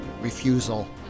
refusal